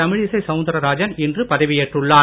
தமிழிசை சவுந்தராஜன் இன்று பதவி ஏற்றுள்ளார்